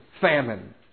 famine